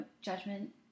judgment